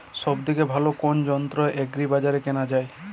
সব থেকে ভালো কোনো যন্ত্র এগ্রি বাজারে কেনা যায়?